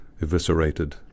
eviscerated